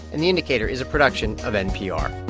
and the indicator is a production of npr